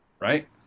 Right